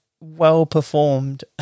well-performed